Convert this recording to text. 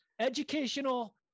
educational